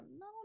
no